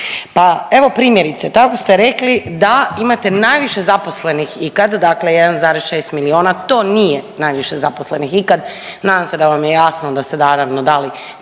Pa evo primjerice. Tako ste rekli da imate najviše zaposlenih ikad dakle 1,6 milijuna. To nije najviše zaposlenih ikad. Nadam se da vam je jasno da ste naravno dali